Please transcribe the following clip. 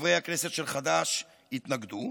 חברי הכנסת של חד"ש התנגדו,